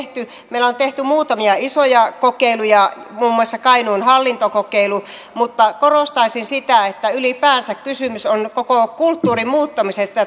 meillä on tehty muutamia isoja kokeiluja muun muassa kainuun hallintokokeilu mutta korostaisin sitä että ylipäänsä kysymys on koko kulttuurin muuttamisesta